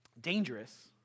dangerous